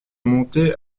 monter